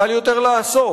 קל יותר לאסוף,